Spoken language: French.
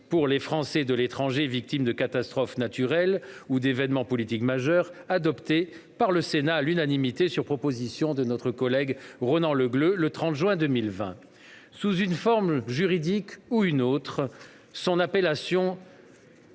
pour les Français de l'étranger victimes de catastrophes naturelles ou d'événements politiques majeurs », adoptée par le Sénat à l'unanimité, sur proposition de notre collègue Ronan Le Gleut le 30 juin 2020. Sous une forme juridique ou une autre, que son appellation